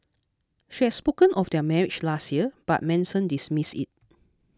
she had spoken of their marriage last year but Manson dismissed it